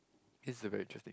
this a very interesting